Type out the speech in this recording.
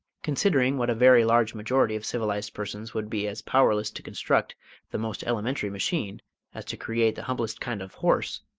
considering what a very large majority of civilised persons would be as powerless to construct the most elementary machine as to create the humblest kind of horse,